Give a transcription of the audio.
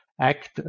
act